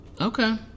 Okay